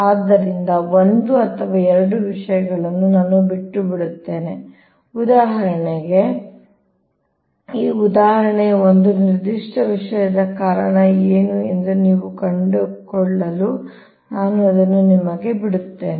ಆದ್ದರಿಂದ 1 ಅಥವಾ 2 ವಿಷಯಗಳನ್ನು ನಾನು ಬಿಟ್ಟುಬಿಡುತ್ತೇನೆ ಉದಾಹರಣೆಗೆ ಈ ಉದಾಹರಣೆಯ ಒಂದು ನಿರ್ದಿಷ್ಟ ವಿಷಯದ ಕಾರಣ ಏನು ಎಂದು ನೀವು ಕಂಡುಕೊಳ್ಳಲು ನಾನು ಅದನ್ನು ನಿಮಗೆ ಬಿಡುತ್ತೇನೆ